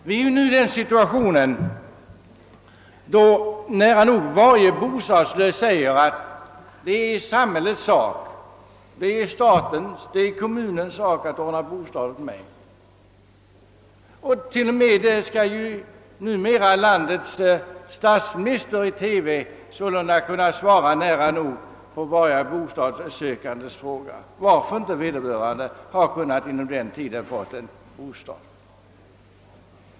Vi är nu i den situationen att nära nog varje bostadslös säger att det är samhällets, statens och kommunens sak att ordna bostad åt honom. Numera skall till och med landets statsminister i TV kunna svara på nära nog varje bostadssökandes frågor om varför han inte inom viss tid kunnat få en bostad.